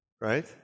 right